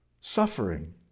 suffering